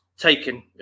Taken